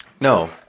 No